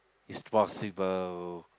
is possible